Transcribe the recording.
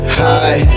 high